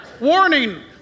Warning